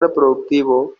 reproductivo